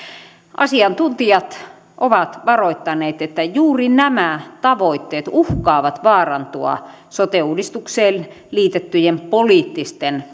asiantuntijat ovat varoittaneet että juuri nämä tavoitteet uhkaavat vaarantua sote uudistukseen liitettyjen poliittisten